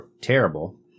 terrible